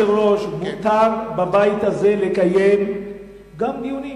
מותר בבית הזה לקיים דיונים,